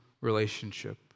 relationship